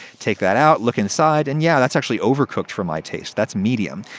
take that out, look inside and yeah, that's actually overcooked for my taste. that's medium.